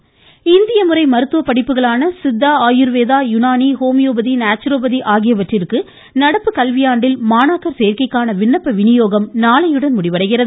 மருத்துவ படிப்பு இந்திய முறை மருத்துவ படிப்புகளான சித்தா ஆயர்வேதா யுனானி ஹோமியோபதி நேச்சுரோபதி ஆகியவற்றிற்கு நடப்பு கல்வியாண்டில் மாணாக்கர் சேர்க்கைக்கான விண்ணப்ப விநியோகம் நாளையுடன் முடிவடைகிறது